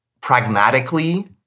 pragmatically